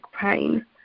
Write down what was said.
pain